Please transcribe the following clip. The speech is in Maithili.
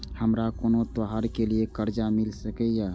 हमारा कोनो त्योहार के लिए कर्जा मिल सकीये?